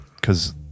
because-